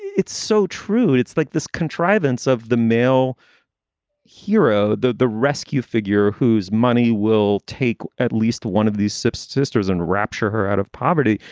it's so true. it's like this contrivance of the male hero, the the rescue figure whose money will take at least one of these sipps sisters and rapture her out of poverty.